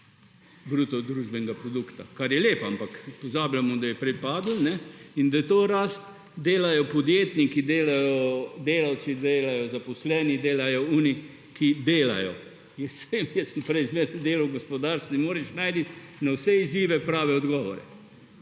bruto družbenega produkta, kar je lepo, ampak pozabljamo, da je prej padel, in da to rast delajo podjetniki, delajo delavci, zaposleni delajo, tisti ki delajo. Jaz vem, jaz sem prej delal v gospodarstvu in moraš najti na vse izzive prave odgovore.